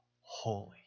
holy